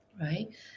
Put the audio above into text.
right